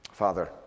Father